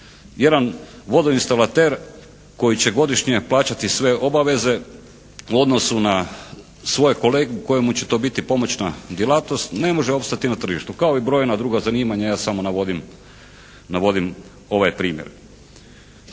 Jedan vodoinstalater koji će godišnje plaćati sve obaveze u odnosu na svojeg kolegu kojemu će to biti pomoćna djelatnost ne može opstati na tržištu kao i brojna druga zanimanja, ja samo navodim ovaj primjer.